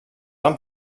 van